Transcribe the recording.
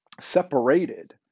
separated